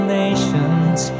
nations